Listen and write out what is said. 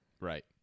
Right